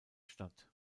statt